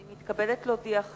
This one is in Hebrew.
אני מתכבדת להודיעכם,